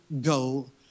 go